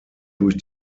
durch